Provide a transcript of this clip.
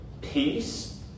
peace